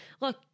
look